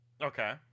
Okay